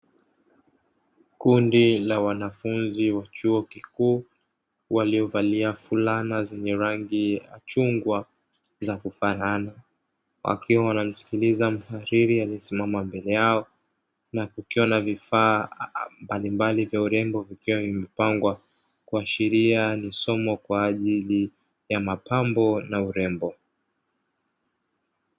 Kundi la wanafunzi wa chuo kikuu, waliovalia fulana zenye rangi ya chungwa za kufanana. Wakiwa wanamsikiliza mhadhiri aliyesimama mbele yao na kukiwa na vifaa mbalimbali vya urembo vikiwa vimepangwa. Kuashiria ni somo kwa ajili ya mapambo na urembo.